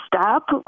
stop